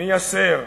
מייסר,